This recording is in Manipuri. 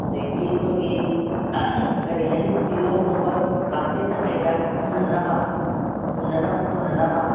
ꯑꯗꯒꯤ ꯑꯩꯈꯣꯏꯒꯤ ꯀꯔꯤ ꯍꯥꯏꯅꯤ ꯄꯤꯜꯂꯣ ꯀꯣꯕꯔ ꯕ꯭ꯂꯥꯡꯀꯦꯠꯇ ꯀꯩꯗ ꯁꯤꯖꯤꯟꯅꯅꯕ ꯈꯨꯝꯅꯅꯕ ꯈꯣꯠꯅꯅꯕ